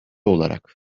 olarak